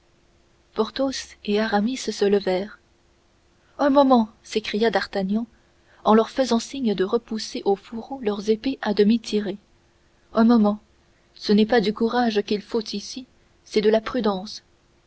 sauvez-moi porthos et aramis se levèrent un moment s'écria d'artagnan en leur faisant signe de repousser au fourreau leurs épées à demi tirées un moment ce n'est pas du courage qu'il faut ici c'est de la prudence